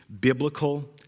biblical